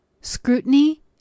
scrutiny